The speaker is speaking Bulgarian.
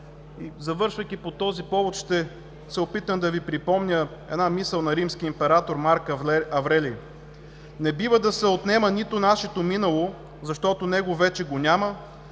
Завършвайки, по този повод ще се опитам да Ви припомня една мисъл на римския император Марк Аврелий: „Не бива да се отнема нито нашето минало, защото него вече го няма,